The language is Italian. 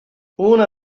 una